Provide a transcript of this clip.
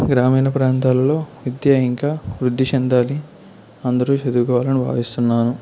గ్రామీణ ప్రాంతాలలో విద్య ఇంకా వృద్ధి చెందాలి అందరూ చదువుకోవాలని భావిస్తున్నాను